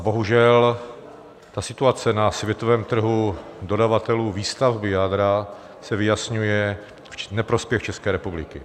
Bohužel, situace na světovém trhu dodavatelů výstavby jádra se vyjasňuje v neprospěch České republiky.